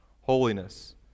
holiness